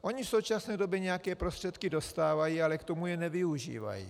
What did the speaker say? Ony v současné době nějaké prostředky dostávají, ale k tomu je nevyužívají.